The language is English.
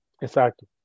Exacto